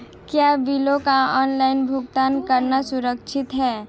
क्या बिलों का ऑनलाइन भुगतान करना सुरक्षित है?